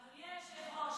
אדוני היושב-ראש,